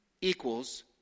equals